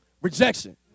rejection